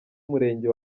umurenge